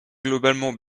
globalement